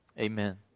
Amen